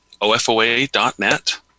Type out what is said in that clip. OFOA.net